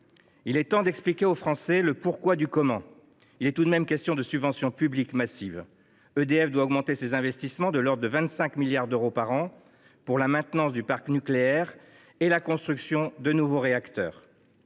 Il est temps d’expliquer aux Français le pourquoi et le comment. Il est tout de même question de subventions publiques massives : EDF doit augmenter ses investissements d’environ 25 milliards d’euros par an, afin d’assurer la maintenance du parc nucléaire et la construction de nouveaux réacteurs.